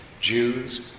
Jews